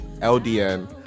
l-d-n